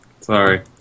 Sorry